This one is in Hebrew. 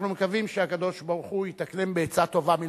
אנחנו מקווים שהקדוש-ברוך-הוא יתקנם בעצה טובה מלפניו.